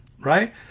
Right